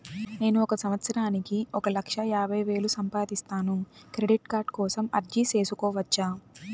నేను ఒక సంవత్సరానికి ఒక లక్ష యాభై వేలు సంపాదిస్తాను, క్రెడిట్ కార్డు కోసం అర్జీ సేసుకోవచ్చా?